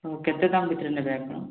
ହଁ କେତେ ଦାମ୍ ଭିତ୍ରେ ନେବେ ଆପଣ